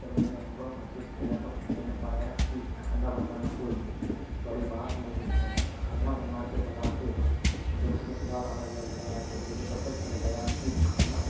जब मैंने अनुभव महसूस किया तो मैंने पाया कि खाना बनाना कोई बड़ी बात नहीं है खाना बनाते बनाते जब उसमें स्वाद आने लग गया तो मुझे पता चल गया कि खाना